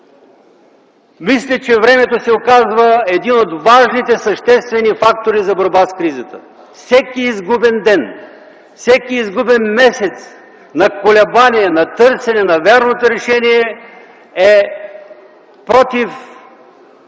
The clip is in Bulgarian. мисля, че времето се оказва един от важните и съществени фактори за борба с кризата. Всеки изгубен ден, всеки изгубен месец на колебание, на търсене на вярното решение е против